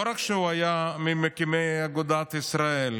לא רק שהוא היה ממקימי אגודת ישראל,